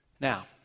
Now